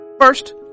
First